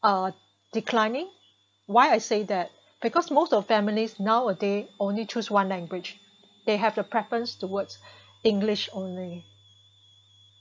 uh declining why I say that because most of families nowadays only choose one language they have a preference towards English only